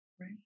Right